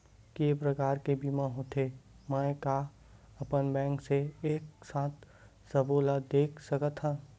के प्रकार के बीमा होथे मै का अपन बैंक से एक साथ सबो ला देख सकथन?